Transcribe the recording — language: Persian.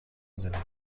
زندگی